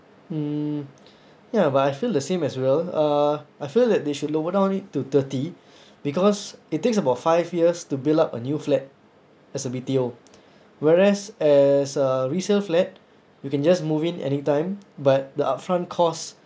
mm ya but I feel the same as well uh I feel that they should lower down it to thirty because it takes about five years to build up a new flat as a B_T_O whereas as uh resale flat you can just move in anytime but the upfront costs